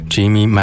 Jimmy